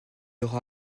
aura